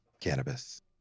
cannabis